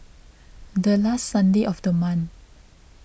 the last Sunday of the month